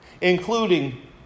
including